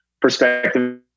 perspective